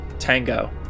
Tango